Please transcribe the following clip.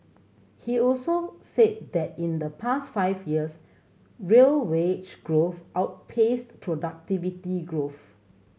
he also said that in the past five years real wage growth outpaced productivity growth